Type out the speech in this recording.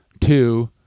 two